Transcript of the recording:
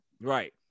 Right